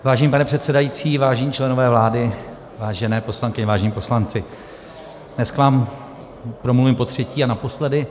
Vážený pane předsedající, vážení členové vlády, vážené poslankyně, vážení poslanci, dnes k vám promluvím potřetí a naposledy.